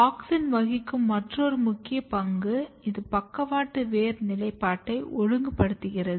auxin வகிக்கும் மற்றொரு முக்கிய பங்கு இது பக்கவாட்டு வேரின் நிலைப்பாட்டை ஒழுங்குபடுத்துகிறது